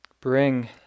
bring